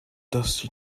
dusty